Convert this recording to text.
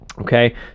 Okay